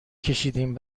کشیدیم